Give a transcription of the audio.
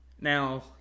now